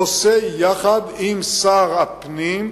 עושה יחד עם שר הפנים,